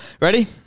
Ready